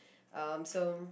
um so